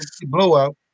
blowout